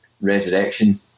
resurrection